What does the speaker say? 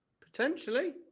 Potentially